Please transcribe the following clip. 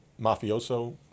mafioso